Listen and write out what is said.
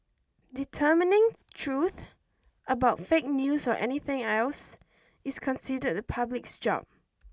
determining truth about fake news or anything else is considered the public's job